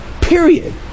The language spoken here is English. Period